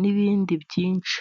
n'ibindi byinshi.